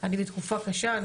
אני בתקופה קשה,